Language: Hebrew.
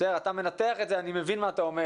אתה מנתח את זה, אני מבין מה אתה אומר